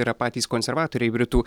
yra patys konservatoriai britų